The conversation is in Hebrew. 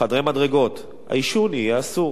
חדרי מדרגות, העישון יהיה אסור.